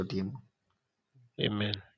Amen